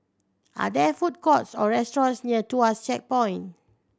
are there food courts or restaurants near Tuas Checkpoint